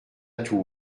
tout